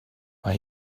mae